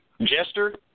Jester